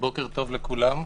בוקר טוב לכולם.